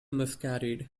miscarried